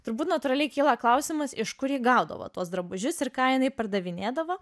turbūt natūraliai kyla klausimas iš kur ji gaudavo tuos drabužius ir ką jinai pardavinėdavo